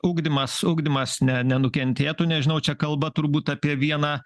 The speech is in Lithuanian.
ugdymas ugdymas ne nenukentėtų nežinau čia kalba turbūt apie vieną